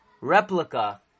replica